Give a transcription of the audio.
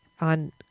on